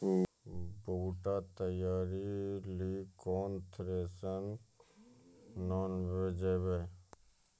बूटा तैयारी ली केन थ्रेसर आनलऽ जाए?